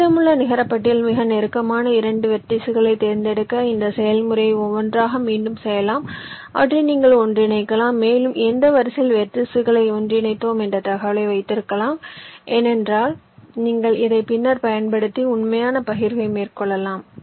மீதமுள்ள நிகரபட்டியல் மிக நெருக்கமான 2 வெர்டிஸ்களைத் தேர்ந்தெடுக்க இந்த செயல்முறையை ஒவ்வொன்றாக மீண்டும் செய்யலாம் அவற்றை நீங்கள் ஒன்றிணைக்கலாம் மேலும் எந்த வரிசையில் வெர்டிஸ்களை ஒன்றிணைத்தோம் என்ற தகவலை வைத்திருக்கலாம் ஏனென்றால் நீங்கள் இதை பின்னர் பயன்படுத்தி உண்மையான பகிர்வை மேற்கொள்ளலாம்